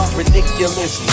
ridiculous